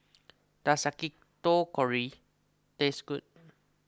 does Yakitori taste good